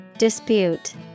Dispute